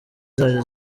zayo